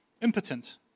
impotent